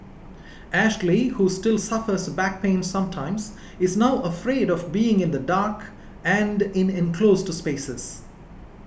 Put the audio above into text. Ashley who still suffers back pains sometimes is now afraid of being in the dark and in enclosed spaces